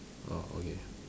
uh okay